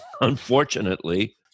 unfortunately